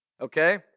okay